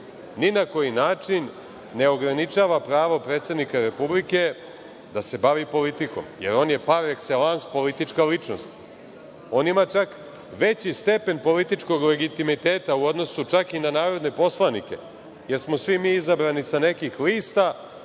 ni na koji način ne ograničava predsednika Republike da se bavi politikom, jer on je par ekselans politička ličnost. On ima čak veći stepen političkog legitimiteta u odnosu čak i na narodne poslanike, jer smo svi mi izabrani sa nekih lista,